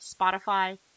Spotify